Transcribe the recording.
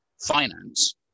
finance